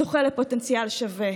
זוכה לפוטנציאל שווה,